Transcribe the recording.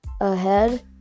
ahead